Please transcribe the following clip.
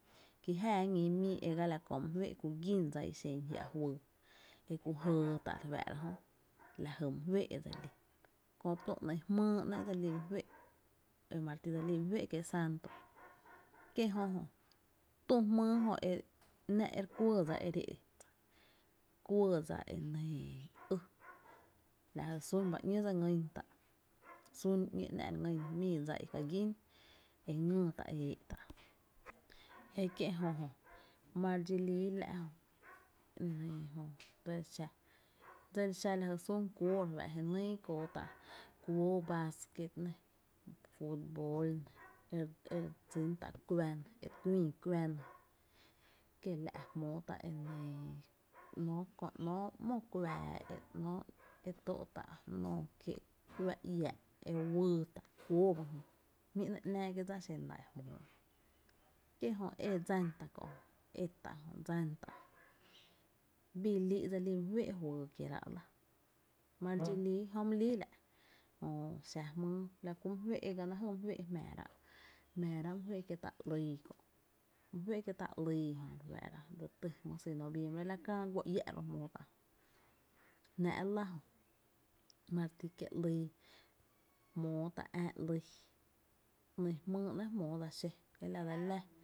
Ki jáaá ñi mii e la kö my féé’ ku gín dsa i xen jiá’ juyy e ku jɇɇ tá’ re fáára jö la jy my féé’ dse lí, kö, tü, ‘ny jmýy ‘nɇɇ’ dse lí my féé’ e mare ti dse lí my féé’ kie’ santo, kie’ jö jö tü jmýy jö e ‘nⱥ’ re kuɇɇ dsa e re éé’ dsa, kuɇɇdsa e nɇɇ ý, la jy sún ba ‘ñó dse ngýn tá’, sun ba ñó e ‘nⱥ’ re ngýn tá’ mii dsa i ka gín e ngÿÿ tá’ e éé’ tá’ e kie’ jö jö, ma re dxi líi la’ jö e kie’ xa dse li xa la jy sún kuóó re fáá’ra, je nyy kóó tá’ kuóó vasquet nɇ, futbol nɇ, e re dsín tá’ kuá nɇ e kuïï kuá nɇ, kiela’ jmóo ta´ e nɇköö ‘nóó ‘mo kuⱥⱥ e nɇe tóó’ tá’ nóoó kié’ kuá iää’ e wyy tá’, kuóó ba jö jmí’ ‘nɇɇ’ ‘náá kié’ dsa xen la ejö, kie´’ jö e dsan tá’ kö’ e tá’ jö dsa’ tá’ jö bii líi dse lí my féé’ juyy kieraá’ lⱥ ma re dxi líi, jö my líi la’ la ku my féé’, ega náá’ my féé’ jmⱥⱥ rá’, jmⱥⱥrá’ my féé’ kiee’ tá’ ‘lyy kö’ my féé’ kiee’ tá’ ‘lyy j refáá’ra dse lí syy noviembre la kä go iä’ la’ ba jmóo tá’ ejö jnáá’, la jö, ma re ti e kie’ ´’lyy jmóó tá’ ⱥⱥ’ ´’ly, ‘ny jmýy ‘nɇɇ’ jmóo dsa xó e la dse laa